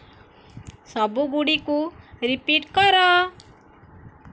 ସବୁଗୁଡ଼ିକୁ repeat କର